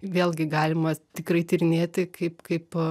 vėlgi galima tikrai tyrinėti kaip kaip